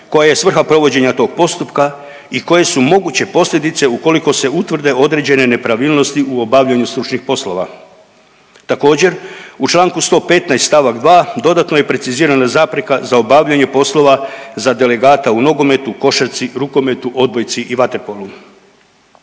koja je svrha provođenja tog postupka i koje su moguće posljedice ukoliko se utvrde određene nepravilnosti u obavljanju stručnih poslova. Također u čl. 115. st. 2. dodatno je precizirana zapreka za obavljanje poslova za delegata u nogometu, košarci, rukometu, odbojci i vaterpolu.